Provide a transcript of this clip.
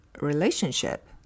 relationship